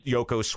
Yoko